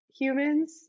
humans